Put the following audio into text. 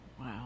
Wow